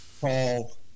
call